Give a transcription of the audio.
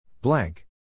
Blank